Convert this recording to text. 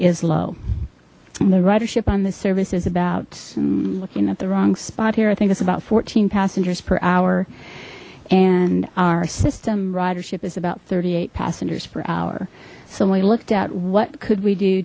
is low the ridership on this service is about looking at the wrong spot here i think it's about fourteen passengers per hour and our system ridership is about thirty eight passengers per hour someone looked at what could we do